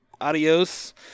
Adios